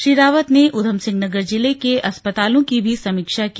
श्री रावत ने ऊधमसिंह नगर जिले के अस्पतालों की भी समीक्षा की